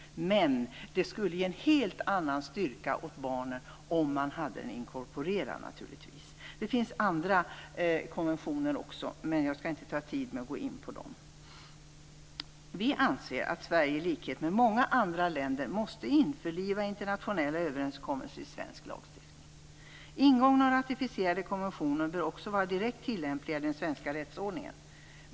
Men det skulle naturligtvis ge en helt annan styrka åt barnen om konventionen var inkorporerad. Det finns också andra konventioner, men jag skall inte ta upp tid med att gå in på dem. Miljöpartiet anser att Sverige i likhet med många andra länder måste införliva internationella överenskommelser i nationell lagstiftning. Ingångna och ratificerade konventioner bör vara direkt tillämpliga i den svenska rättsordningen.